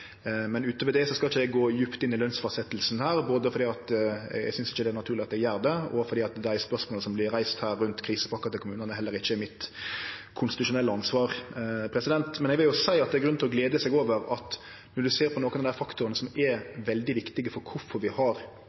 Men utover det skal ikkje eg gå djupt inn i lønsfastsetjinga her, både fordi eg ikkje synest det er naturleg at eg gjer det, og fordi dei spørsmåla som her vert reiste rundt krisepakka til kommunane, heller ikkje er mitt konstitusjonelle ansvar. Men det er grunn til å glede seg over at når ein ser på nokre av dei faktorane som er veldig viktige for kvifor vi har